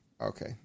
Okay